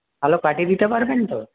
ভাল কাটিয়ে দিতে পারবেন তো